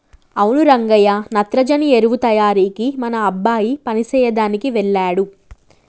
అవును రంగయ్య నత్రజని ఎరువు తయారీకి మన అబ్బాయి పని సెయ్యదనికి వెళ్ళాడు